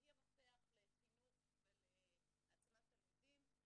והיא המפתח לחינוך ולהעצמת תלמידים,